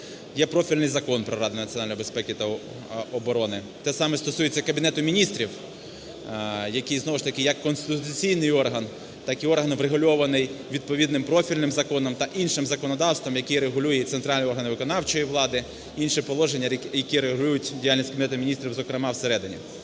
Є профільний Закон про Раду національної безпеки та оборони. Те саме стосується і Кабінету Міністрів, який знову ж таки як конституційний орган, так і орган, врегульований відповідним профільним законом та іншим законодавством, який регулює і центральний орган виконавчої влади, інші положення, які регулюють діяльність Кабінету Міністрів, зокрема, всередині.